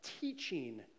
teaching